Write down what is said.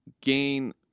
gain